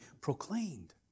proclaimed